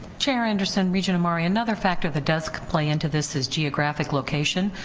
chair anderson, regent omari, another factor that does play into this is geographic location,